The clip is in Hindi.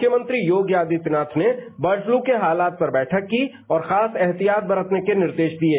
मुख्यमंत्रीं योगी आदित्यनाथ ने बर्ड फ्लू के हालात पर बैठक की और खास एहतियात बरतने के निर्देश दिये